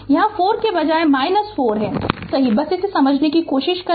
यहाँ 4 के बजाय यह है 4 सही बस इसे समझने की कोशिश करें